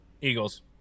Eagles